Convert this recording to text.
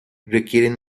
requieren